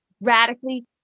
radically